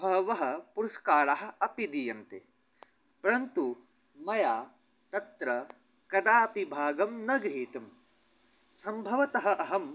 बहवः पुरस्काराः अपि दीयन्ते परन्तु मया तत्र कदापि भागः न गृहीतः सम्भवतः अहं